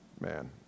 man